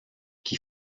qui